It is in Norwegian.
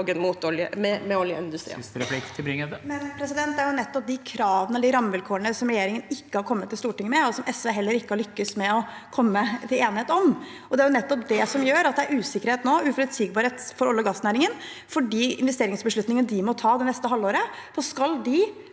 er jo nettopp de kravene og de rammevilkårene som regjeringen ikke har kommet til Stortinget med, og som SV heller ikke har lyktes med å komme til enighet om. Det er nettopp det som gjør at det nå er usikkerhet og uforutsigbarhet for olje- og gassnæringen og de investeringsbeslutningene de må ta det neste halvåret.